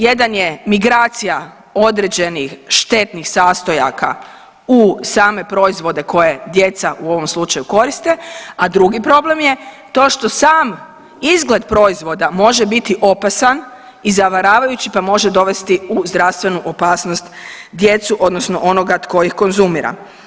Jedan je migracija određenih štetnih sastojaka u same proizvode koje djeca u ovom slučaju koriste, a drugi problem je to što sam izgled proizvoda može biti opasan i zavaravajući pa može dovesti u zdravstvenu opasnost djecu odnosno onoga tko ih konzumira.